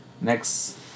Next